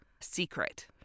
secret